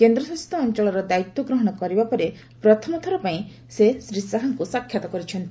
କେନ୍ଦ୍ରଶାସିତ ଅଞ୍ଚଳର ଦାୟିତ୍ୱ ଗ୍ରହଣ କରିବା ପରେ ପ୍ରଥମ ଥର ପାଇଁ ସେ ଶ୍ରୀ ଶାହାଙ୍କୁ ସାକ୍ଷାତ କରିଚ୍ଛନ୍ତି